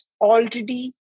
already